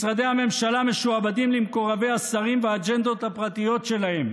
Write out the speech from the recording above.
משרדי הממשלה משועבדים למקורבי השרים והאג'נדות הפרטיות שלהם,